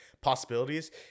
possibilities